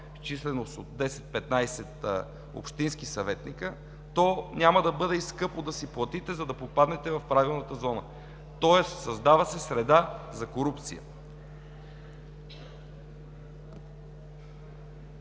численост от 10 – 15 общински съветници, то няма да бъде скъпо да си платите, за да попаднете в правилната зона, тоест създава се среда за корупция.